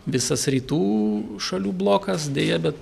visas rytų šalių blokas deja bet